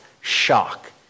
shock